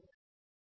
2